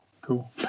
Cool